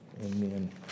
Amen